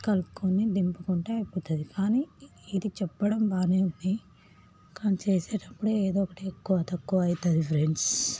కలుపుకొని దింపుకుంటే అయిపోతుంది కానీ ఇది చెప్పడం బాగానే ఉంది కానీ చేసేటప్పుడే ఏదోకటి ఎక్కువ తక్కువ అవుతుంది ఫ్రెండ్స్